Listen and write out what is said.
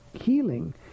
healing